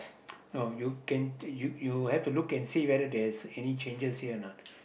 no you can you you have to look and see whether there's any changes here or not